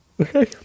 okay